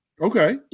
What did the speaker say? Okay